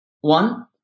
one